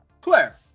Claire